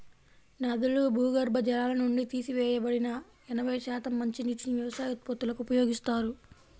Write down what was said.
నదులు, భూగర్భ జలాల నుండి తీసివేయబడిన ఎనభై శాతం మంచినీటిని వ్యవసాయ ఉత్పత్తులకు ఉపయోగిస్తారు